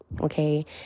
okay